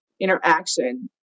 interaction